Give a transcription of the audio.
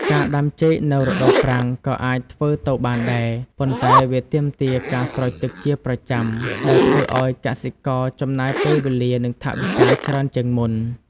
ការដាំចេកនៅរដូវប្រាំងក៏អាចធ្វើទៅបានដែរ ប៉ុន្តែវាទាមទារការស្រោចទឹកជាប្រចាំដែលធ្វើឱ្យកសិករចំណាយពេលវេលានិងថវិកាច្រើនជាងមុន។